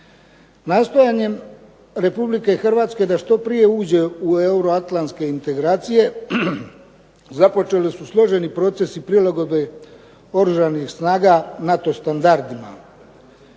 Nastojanjem Republike Hrvatske da što prije uđe u euro atlantske integracije započeli su složeni procesi prilagodbe Oružanih snaga NATO standardima